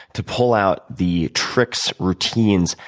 to pull out the tricks, routines,